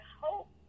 hope